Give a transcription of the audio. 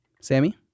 Sammy